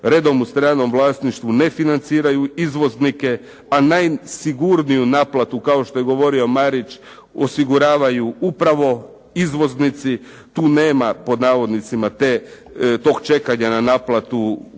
redom u stranom vlasništvu ne financiraju izvoznike, a najsigurniju naplatu kao što je govorio Marić osiguravaju upravo izvoznici. Tu nema pod navodnicima tog čekanja na naplatu godinu